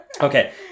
okay